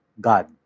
God